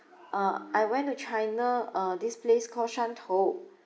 uh I went to china uh this place call 汕头